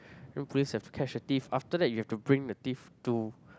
then police have to catch the thief after that you have to bring the thief to